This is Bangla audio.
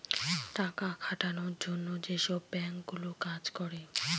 টাকা খাটানোর জন্য যেসব বাঙ্ক গুলো কাজ করে